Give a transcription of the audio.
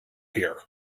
here